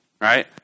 Right